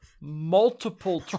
multiple